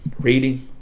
Reading